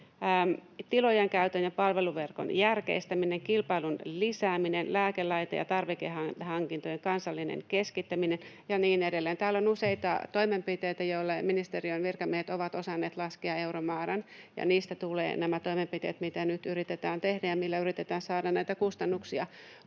tilojen käytön ja palveluverkon järkeistäminen, kilpailun lisääminen, lääke-, laite- ja tarvikehankintojen kansallinen keskittäminen” ja niin edelleen. Täällä on useita toimenpiteitä, joille ministeriön virkamiehet ovat osanneet laskea euromäärän, ja niistä tulevat nämä toimenpiteet, mitä nyt yritetään tehdä ja millä yritetään saada näitä kustannuksia